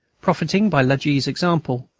profiting by la g s example,